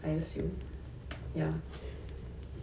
two zero one eight